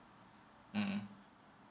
mmhmm